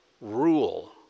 rule